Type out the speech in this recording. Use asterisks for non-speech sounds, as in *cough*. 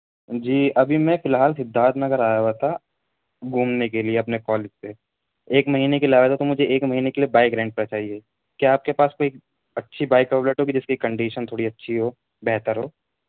جی ابھی میں فی الحال سدھارتھ نگر آیا ہوا تھا گھومنے کے لیے اپنے کالج سے ایک مہینے کے لیے آیا ہوا تھا تو مجھے ایک مہینے کے لیے بائک رینٹ پر چاہیے کیا آپ کے پاس کوئی اچھی بائک *unintelligible* جس کی کنڈیشن تھوڑی اچھی ہو بہتر ہو